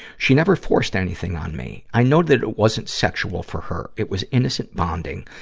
she never forced anything on me. i know that it it wasn't sexual for her it was innocent bonding,